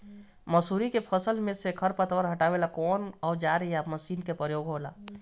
मसुरी के फसल मे से खरपतवार हटावेला कवन औजार या मशीन का प्रयोंग होला?